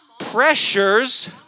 pressures